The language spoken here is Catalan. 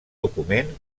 document